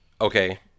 Okay